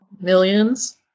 millions